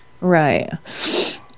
Right